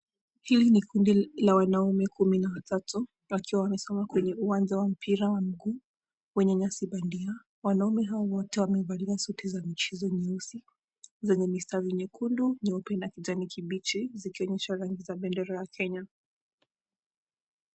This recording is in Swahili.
Hili ni kundi la wanaume kumi na watatu wakiwa wamesimama kwenye uwanja wa mpira wa mguu wenye nyasi bandia. Wanaume hawa wote wamevalia suti za michezo nyeusi zenye mistari nyekundu, nyeupe na kijani kibichi zikionyesha rangi za bendera ya Kenya.